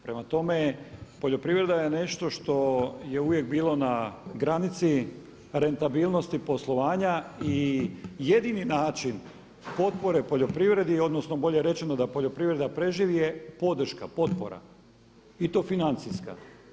Prema tome, poljoprivreda je nešto što je uvijek bilo na granici rentabilnosti poslovanja i jedini način potpore poljoprivredi je odnosno bolje rečeno da poljoprivreda preživi je podrška, potpora i to financijska.